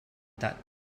that